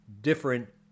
different